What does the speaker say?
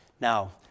Now